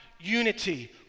unity